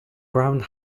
ground